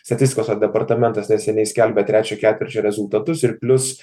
statistikos va departamentas neseniai skelbė trečio ketvirčio rezultatus ir plius